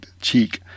cheek